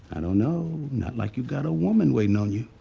i don't know. not like you've got a woman waiting on you.